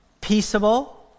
peaceable